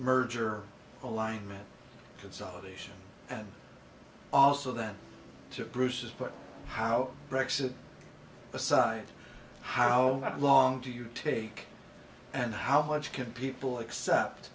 merger alignment consolidation and also that to bruce's but how aside how long do you take and how much can people accept